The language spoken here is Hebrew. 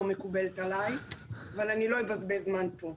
לא מקובלת עלי אבל אני לא אבזבז זמן פה.